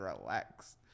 relax